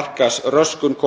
markaðsröskun.